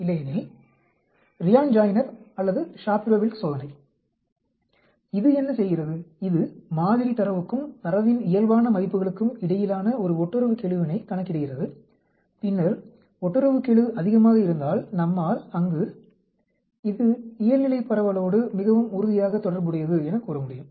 இல்லையெனில் Ryan Joiner அல்லது Shapiro Wilk சோதனை இது என்ன செய்கிறது இது மாதிரி தரவுக்கும் தரவின் இயல்பான மதிப்புகளுக்கும் இடையிலான ஒரு ஒட்டுறவுக்கெழுவினைக் கணக்கிடுகிறது பின்னர் ஒட்டுறவுக்கெழு அதிகமாக இருந்தால் நம்மால் அங்கு இது இயல்நிலை பரவலோடு மிகவும் உறுதியாக தொடர்புடையது எனக் கூற முடியும்